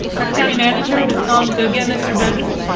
our county manager has gone to go get mr. benson.